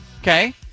okay